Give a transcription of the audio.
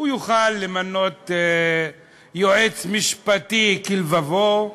הוא יוכל למנות יועץ משפטי כלבבו,